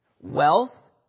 wealth